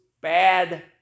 bad